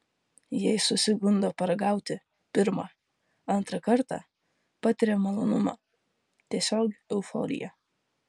jei susigundo paragauti pirmą antrą kartą patiria malonumą tiesiog euforiją